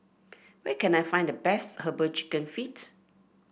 where can I find the best herbal chicken feet